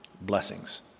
Blessings